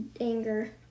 anger